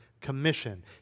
commission